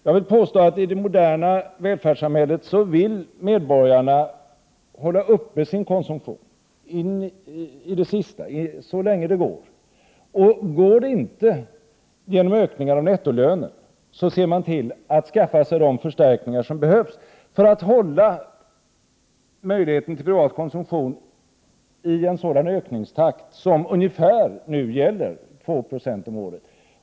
Jag vill påstå att i det moderna välfärdssamhället vill medborgarna hålla sin konsumtion uppe in i det sista, så länge det går, och går det inte genom ökningar av nettolönen, ser man till att skaffa sig de förstärkningar som behövs för att hålla möjligheten till privat konsumtion ungefär i en sådan ökningstakt som nu gäller, 2 70 om året.